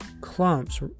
clumps